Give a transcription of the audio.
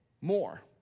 more